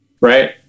right